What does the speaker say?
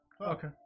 Okay